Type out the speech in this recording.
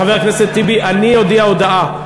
חבר הכנסת טיבי, אני אודיע הודעה.